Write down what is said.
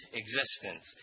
existence